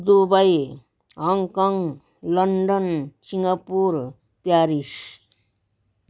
Dubai Hong Kong London Singapore Paris